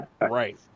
right